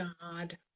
God